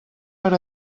per